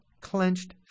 clenched